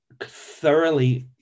thoroughly